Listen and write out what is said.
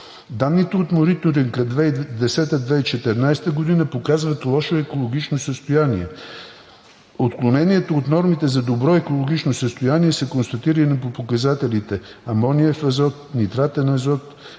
Данните от мониторинга 2010 – 2014 г. показват лошо екологично състояние. Отклонението от нормите за добро екологично състояние са констатирани по показателите амониев азот, нитратен азот,